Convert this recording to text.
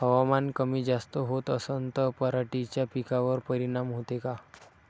हवामान कमी जास्त होत असन त पराटीच्या पिकावर परिनाम होते का?